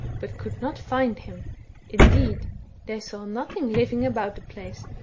but could not find him indeed they saw nothing living about the place,